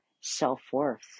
self-worth